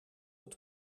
het